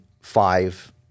five